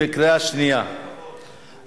אושרה בקריאה שנייה ושלישית,